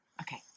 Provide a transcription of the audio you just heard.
Okay